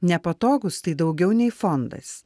nepatogūs tai daugiau nei fondas